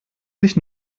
sich